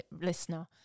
listener